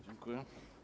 Dziękuję.